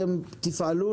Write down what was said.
אתם יודעים,